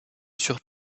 sur